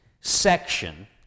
section